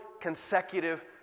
consecutive